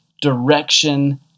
direction